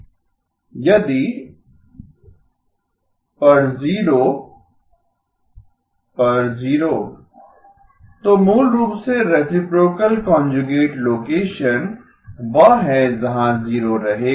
यदि H z00 पर zero पर जीरो तो मूल रूप से रेसिप्रोकल कांजुगेट लोकेशन वह है जहां 0 रहेगा